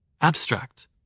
Abstract